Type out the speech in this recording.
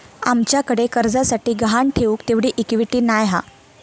आमच्याकडे कर्जासाठी गहाण ठेऊक तेवढी इक्विटी नाय हा